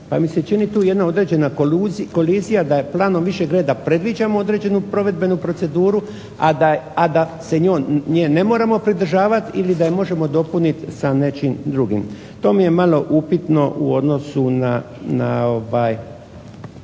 pa mi se čini tu jedna određena kolizija da planom više predviđamo određenu provedbenu proceduru, a da se nje ne moramo pridržavati ili da je možemo dopuniti sa nečim drugim. To mi je malo upitno u odnosu na